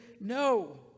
no